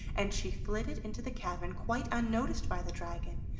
and she flitted into the cavern quite unnoticed by the dragon,